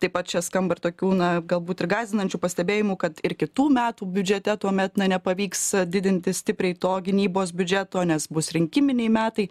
taip pat čia skamba ir tokių na galbūt ir gąsdinančių pastebėjimų kad ir kitų metų biudžete tuomet na nepavyks didinti stipriai to gynybos biudžeto nes bus rinkiminiai metai